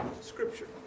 scripture